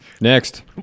Next